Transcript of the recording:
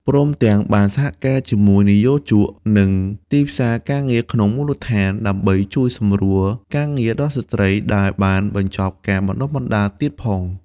ព្រមទាំង បានសហការជាមួយនិយោជក និងទីផ្សារការងារក្នុងមូលដ្ឋាន ដើម្បីជួយសម្រួលការងារដល់ស្ត្រីដែលបានបញ្ចប់ការបណ្តុះបណ្តាលទៀតផង។